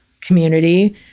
community